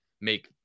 make